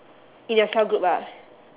in your cell group ah